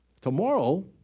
Tomorrow